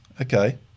Okay